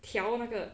调那个